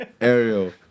Ariel